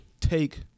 take